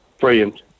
Brilliant